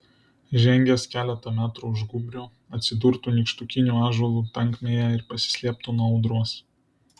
žengęs keletą metrų už gūbrio atsidurtų nykštukinių ąžuolų tankmėje ir pasislėptų nuo audros